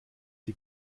die